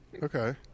Okay